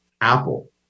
Apple